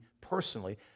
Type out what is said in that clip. personally